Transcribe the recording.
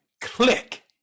click